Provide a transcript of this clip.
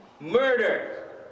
murder